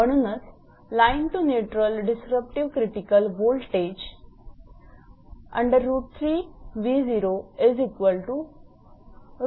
म्हणूनच line to neutral disruptive critical voltage 57 98